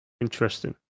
Interesting